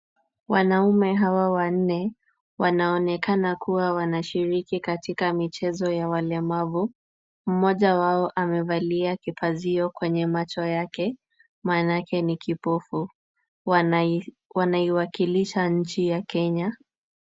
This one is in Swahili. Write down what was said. Wanaume hawa wanne wanaonekana kuwa wanashiriki katika michezo ya walemavu. Mmoja wao amevalia kipazio kwenye macho yake manake ni kipofu. Wanaiwakilisha nchi ya Kenya.